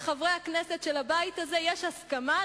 בין חברי הכנסת של הבית הזה יש הסכמה,